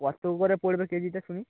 কত করে পড়বে কেজিতে শুনি